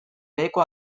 beheko